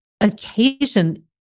occasion